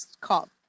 called